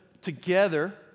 together